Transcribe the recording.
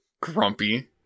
grumpy